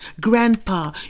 Grandpa